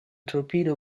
torpedo